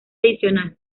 adicional